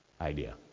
idea